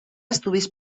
estudis